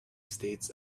states